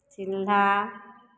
चिल्हा